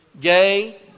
gay